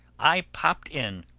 i popped in,